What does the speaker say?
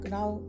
now